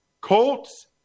Colts